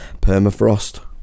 permafrost